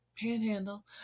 panhandle